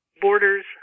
borders